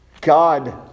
God